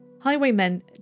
Highwaymen